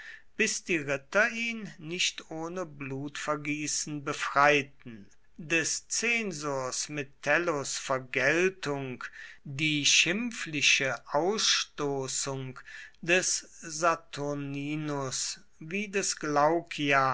bis die ritter ihn nicht ohne blutvergießen befreiten des zensors metellus vergeltung die schimpfliche ausstoßung des saturninus wie des glaucia